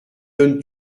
donnes